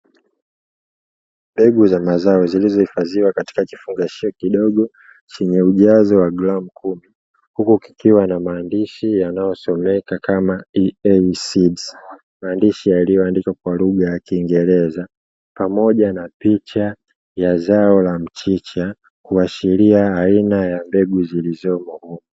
Mbegu za mazao zilizohifadhiwa katika kifungashio kidogo chenye ujazo wa gramu kumi, huku kikiwa na maandishi yanayosomeka kama "EASEEDS". Maandishi yaliyoandikwa kwa lugha ya kiingereza, pamoja na picha ya zao la mchicha kuashiria aina ya mbegu zilizopo humo.